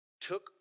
took